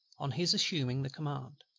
on his assuming the command,